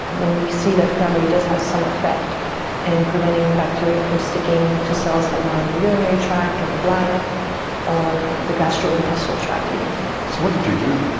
then we see that cranberry does have some effect in preventing bacteria from sticking to cells that line the urinary tract or the bladder or the gastrointestinal tract even. so what did you do?